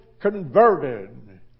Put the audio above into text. converted